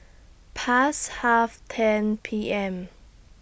Past Half ten P M